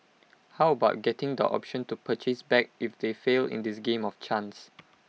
how about getting the option to purchase back if they fail in this game of chance